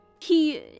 He